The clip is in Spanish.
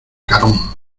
carón